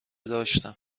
داشتم